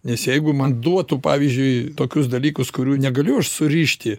nes jeigu man duotų pavyzdžiui tokius dalykus kurių negaliu aš surišti